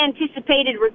anticipated